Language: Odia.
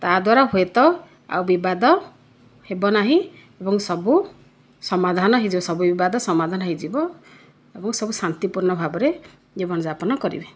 ତା' ଦ୍ଵାରା ହୁଏତ ଆଉ ବିବାଦ ହେବ ନାହିଁ ଏବଂ ସବୁ ସମାଧାନ ହୋଇଯିବ ସବୁ ବିବାଦ ସମାଧାନ ହୋଇଯିବ ଏବଂ ସବୁ ଶାନ୍ତି ପୂର୍ଣ ଭାବରେ ଜୀବନ ଯାପନ କରିବେ